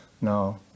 No